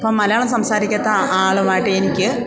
ഇപ്പം മലയാളം സംസാരിക്കാത്ത ആളുമായിട്ട് എനിക്ക്